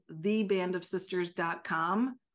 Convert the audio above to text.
thebandofsisters.com